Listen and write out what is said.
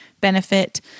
benefit